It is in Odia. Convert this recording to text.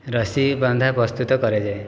ରସି ବନ୍ଧା ପ୍ରସ୍ତୁତ କରାଯାଏ